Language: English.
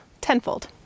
tenfold